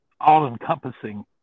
all-encompassing